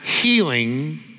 healing